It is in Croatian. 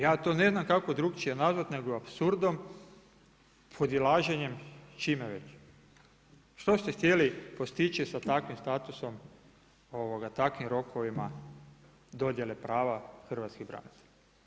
Ja to ne znam kako drukčije nazvati nego apsurdom, podilaženjem s čime već što te htjeli postići sa takvim statusom takvim rokovima dodjele prava hrvatskim braniteljima.